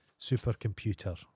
supercomputer